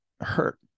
hurt